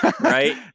right